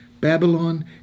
Babylon